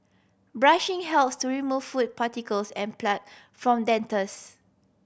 brushing helps to remove food particles and plan from dentures